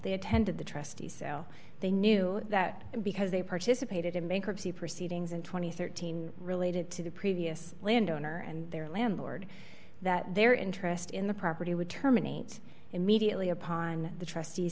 they attended the trustee so they knew that because they participated in bankruptcy proceedings in two thousand and thirteen related to the previous landowner and their landlord that their interest in the property would terminate immediately upon the trustee